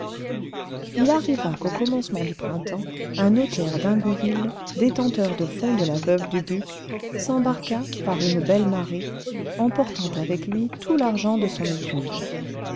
il arriva qu'au commencement du printemps un notaire d'ingouville détenteur de fonds de la veuve dubuc s'embarqua par une belle marée emportant avec lui tout l'argent de son étude